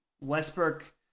Westbrook